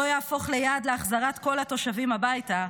לא יהפוך ליעד להחזרת כל התושבים הביתה,